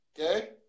Okay